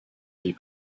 vie